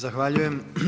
Zahvaljujem.